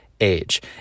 age